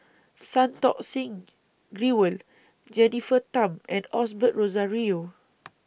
Santokh Singh Grewal Jennifer Tham and Osbert Rozario